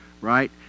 right